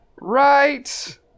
right